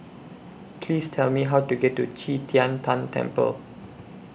Please Tell Me How to get to Qi Tian Tan Temple